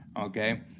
okay